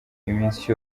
iminsi